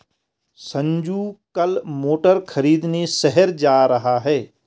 संजू कल मोटर खरीदने शहर जा रहा है